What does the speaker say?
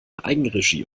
eigenregie